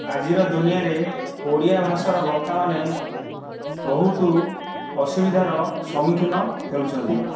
ଆଜିର ଦୁନିଆରେ ଓଡ଼ିଆ ଭାଷାର ବକ୍ତାମାନେ ବହୁତ ଅସୁବିଧାର ସମ୍ମୁଖୀନ ହେଉଛନ୍ତି